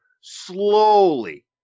slowly